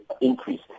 increase